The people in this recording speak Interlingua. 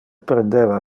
prendeva